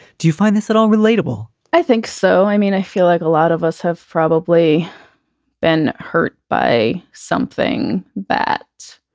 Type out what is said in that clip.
do you find this at all relatable? i think so i mean, i feel like a lot of us have probably been hurt by something that.